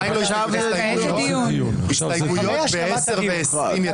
הסתייגויות יתחילו ב-10:20.